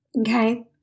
okay